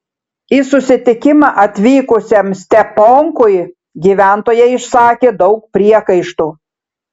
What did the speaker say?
į susitikimą atvykusiam steponkui gyventojai išsakė daug priekaištų